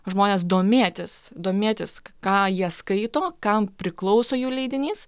žmones domėtis domėtis ką jie skaito kam priklauso jų leidinys